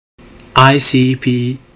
ICP